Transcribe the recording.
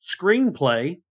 screenplay